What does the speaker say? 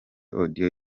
audio